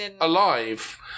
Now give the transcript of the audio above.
alive